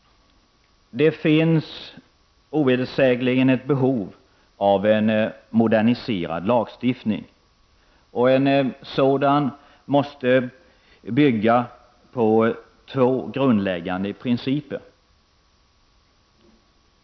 Det finns ovedersägligen ett behov av en moderniserad lagstiftning. En sådan måste bygga på två grundläggande principer.